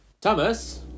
Thomas